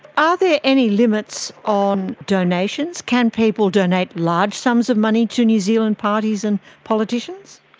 are there any limits on donations? can people donate large sums of money to new zealand parties and politicians?